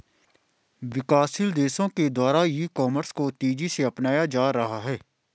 विकासशील देशों के द्वारा ई कॉमर्स को तेज़ी से अपनाया जा रहा है